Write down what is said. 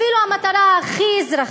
אפילו המטרה הכי אזרחית,